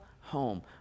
home